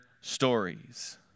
stories